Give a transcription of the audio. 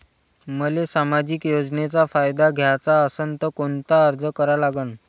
मले सामाजिक योजनेचा फायदा घ्याचा असन त कोनता अर्ज करा लागन?